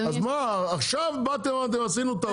אז מה, עכשיו באתם ואמרתם: עשינו טעות.